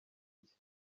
cye